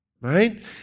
right